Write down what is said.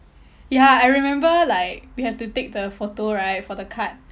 ya I remember like we have to take the photo right for the card